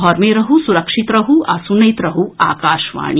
घर मे रहू सुरक्षित रहू आ सुनैत रहू आकाशवाणी